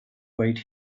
wait